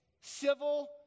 Civil